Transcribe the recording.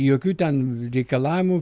jokių ten reikalavimų